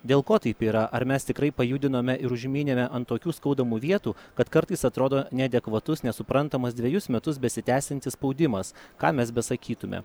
dėl ko taip yra ar mes tikrai pajudinome ir užmynėme ant tokių skaudamų vietų kad kartais atrodo neadekvatus nesuprantamas dvejus metus besitęsiantis spaudimas ką mes besakytume